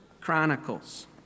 chronicles